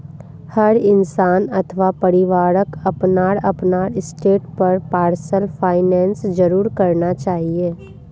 हर इंसान अथवा परिवारक अपनार अपनार स्तरेर पर पर्सनल फाइनैन्स जरूर करना चाहिए